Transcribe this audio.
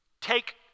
take